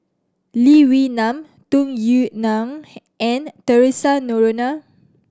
Lee Wee Nam Tung Yue Nang and Theresa Noronha